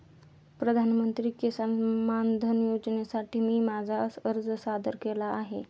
प्रधानमंत्री किसान मानधन योजनेसाठी मी माझा अर्ज सादर केला आहे